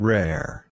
Rare